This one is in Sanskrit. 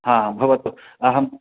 हा भवतु अहम्